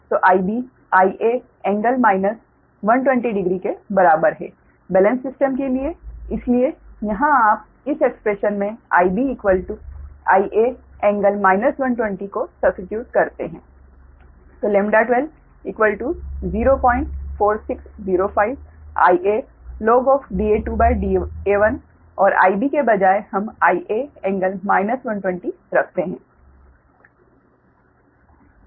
तो Ib Ia∟ 1200 के बराबर है बेलेन्स सिस्टम के लिए इसलिए यहां आप इस एक्स्प्रेशन में IbIa∟ 1200 को सब्स्टीट्यूट करते हैं तो 12 04605 Ialog Da2Da1 और Ib के बजाय हम Ia∟ 1200 रखते हैं